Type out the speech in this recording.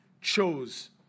chose